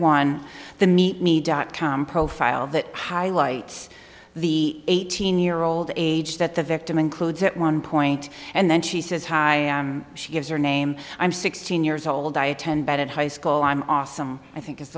one the meet me dot com profile that highlights the eighteen year old age that the victim includes at one point and then she says hi she gives her name i'm sixteen years old i attend bennett high school i'm awesome i think is